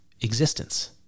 existence